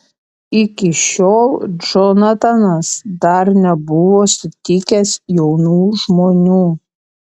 iki šiol džonatanas dar nebuvo sutikęs jaunų žmonių